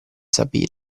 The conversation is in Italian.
sabine